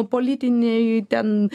politinei ten